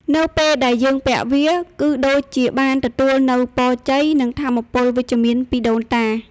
នៅពេលដែលយើងពាក់វា គឺដូចជាបានទទួលនូវ ពរជ័យ និង ថាមពលវិជ្ជមាន ពីដូនតា។